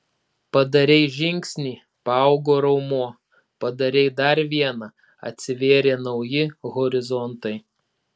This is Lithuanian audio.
padarei žingsnį paaugo raumuo padarei dar vieną atsivėrė nauji horizontai